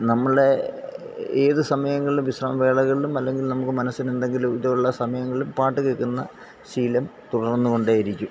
നമ്മളെ ഏത് സമയങ്ങളിലും വിശ്രമ വേളകളിലും അല്ലെങ്കിൽ നമുക്ക് മനസ്സിന് എന്തെങ്കിലും ഇതുപോലുള്ള സമയങ്ങളിലും പാട്ട് കേൾക്കുന്ന ശീലം തുടർന്നു കൊണ്ടേയിരിക്കും